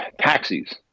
taxis